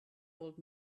old